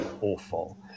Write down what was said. awful